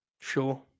sure